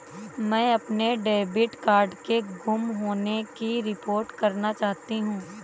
मैं अपने debit card के गुम होने की रिपोर्ट करना चाहती हूँ